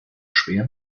schwer